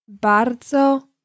Bardzo